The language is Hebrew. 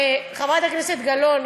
חברת הכנסת גלאון,